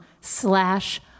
slash